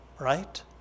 right